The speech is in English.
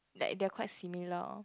like they are quite similar